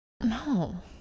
No